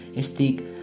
stick